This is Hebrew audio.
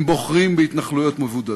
הם בוחרים בהתנחלויות מבודדות,